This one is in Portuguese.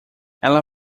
ela